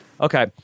Okay